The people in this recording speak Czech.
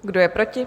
Kdo je proti?